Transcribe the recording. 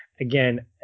again